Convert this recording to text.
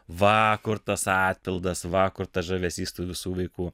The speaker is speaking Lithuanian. va kur tas atpildas va kur tas žavesys tų visų vaikų